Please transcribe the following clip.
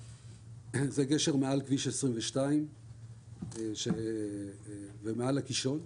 זה גשר מעל כביש 22 ומעל הקישון.